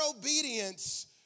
obedience